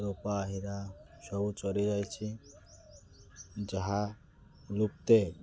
ରୁପା ହୀରା ସବୁ ଚରିଯାଇଛି ଯାହା ଲୁକ୍ତେ